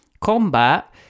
Combat